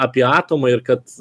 apie atomą ir kad